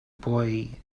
boy